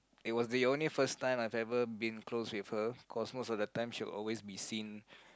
it was the only first time I've ever been close with her cause most of the time she would always been seen